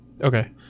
okay